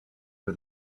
for